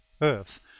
Earth